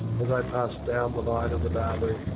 as i passed down the line of the barbers,